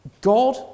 God